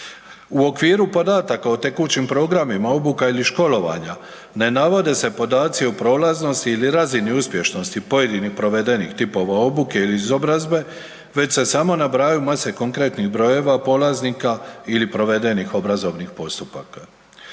U okviru podataka o tekućim programima, obuka ili školovanja ne navode se podaci o prolaznosti ili razini uspješnosti pojedinih provedenih tipova obuke ili izobrazbe već se samo nabrajaju mase konkretnih brojeva polaznika ili provedenih obrazovnih postupaka.